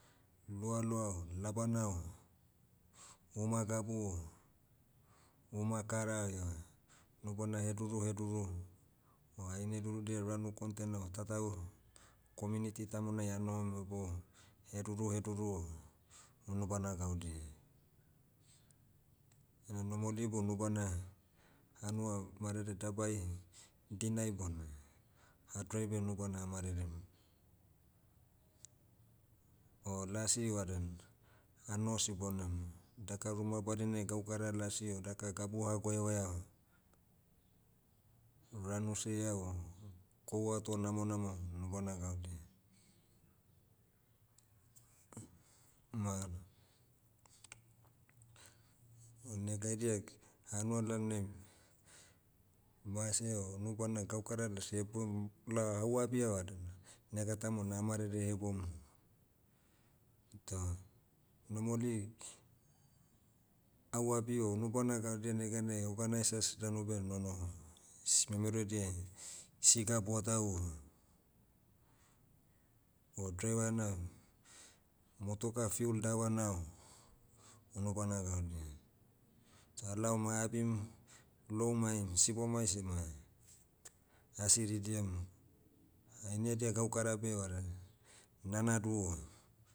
Loaloa o labana o, uma gabu o, uma kara ieva, nubana heduru heduru, o haine durudia ranu kontena o tautau, community tamonai anohom hebou, heduru heduru o, unubana gaudia. Ena normally beh unubana, hanua marere dabai, dinai bona, hadrai beh nubana amererem. O lasi vaden, ahoho sibonamu. Daka ruma badinai gaukara lasi o daka gabu hagoevaea o, ranu siea o, kohu ato namonamo o unubana gaudia. Ma, o negaidia, hanua lalonai, mase o unubana gaukara las eboim, lao au abia vada, nega tamona amarere heboum. Toh, normally, au abi o unubana gaudia neganai organisers danu beh nonoho. S- memero edia, siga buatau o, o driver ena, motuka fuel davana o, unubana gaudia. Chalaom abim, lou mai sibomai sema, ah siridiam. Haine edia gaukara beh vada, nanadu o